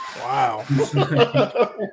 Wow